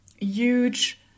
huge